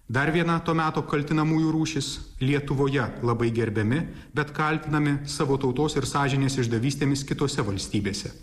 dar viena to meto kaltinamųjų rūšis lietuvoje labai gerbiami bet kaltinami savo tautos ir sąžinės išdavystėmis kitose valstybėse